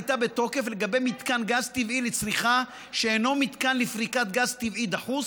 לגבי מתקן גז טבעי לצריכה שאינו מתקן לפריקת גז טבעי דחוס